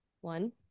one